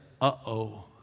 uh-oh